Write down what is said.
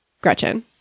Gretchen